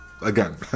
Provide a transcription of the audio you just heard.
again